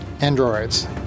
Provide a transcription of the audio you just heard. androids